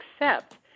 accept